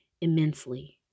immensely